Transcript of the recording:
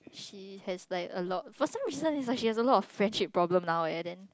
she has like a lot for some reason it's like she has a lot of friendship problem now eh then